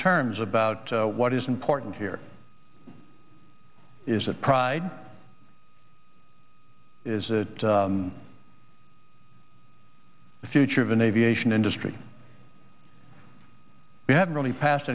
terms about what is important here is that pride is the future of an aviation industry we haven't really passed